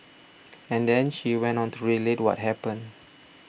and then she went on to relate what happened